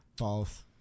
False